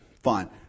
fine